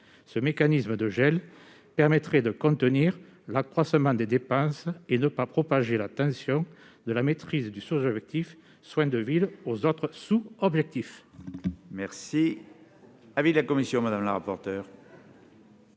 Ce mécanisme de gel permettrait de contenir l'accroissement des dépenses et ne pas propager la tension de la maîtrise du sous-objectif des soins de ville aux autres sous-objectifs.